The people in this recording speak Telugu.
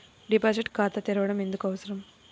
డిపాజిట్ ఖాతా తెరవడం ఎందుకు అవసరం?